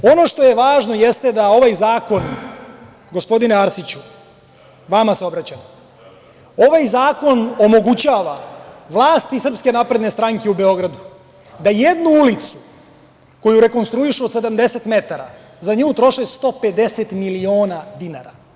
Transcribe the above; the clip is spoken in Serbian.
Ono što je važno, jeste da ovaj zakon gospodine Arsiću, vama se obraćam, ovaj zakon omogućava vlasti SNS u Beogradu da jednu ulicu, koju rekonstruišu od 70 metara, za nju troše 150 miliona dinara.